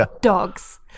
Dogs